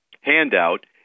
handout